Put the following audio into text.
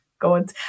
God